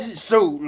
so,